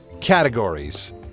categories